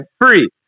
free